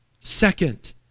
second